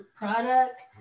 product